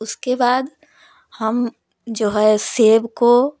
उसके बाद हम जो है सेब को